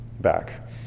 back